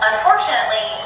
Unfortunately